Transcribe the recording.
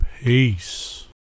Peace